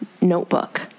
notebook